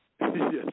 Yes